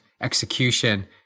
execution